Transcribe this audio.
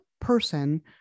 person